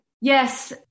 Yes